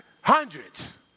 Hundreds